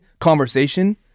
conversation